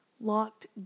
locked